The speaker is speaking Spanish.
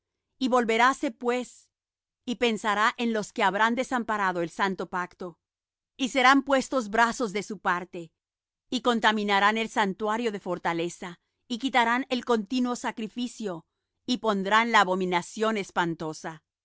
y hará volveráse pues y pensará en los que habrán desamparado el santo pacto y serán puestos brazos de su parte y contaminarán el santuario de fortaleza y quitarán el continuo sacrificio y pondrán la abominación espantosa